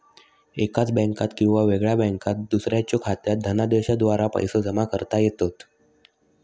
एकाच बँकात किंवा वेगळ्या बँकात दुसऱ्याच्यो खात्यात धनादेशाद्वारा पैसो जमा करता येतत